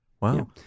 Wow